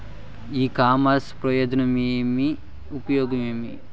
ఇ commerce ప్రయోజనం ఏమి? ఉపయోగం ఏమి?